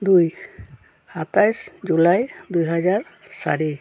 দুই সাতাইছ জুলাই দুই হাজাৰ চাৰি